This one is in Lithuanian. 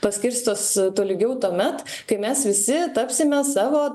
paskirstos tolygiau tuomet kai mes visi tapsime savo